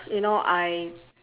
you know I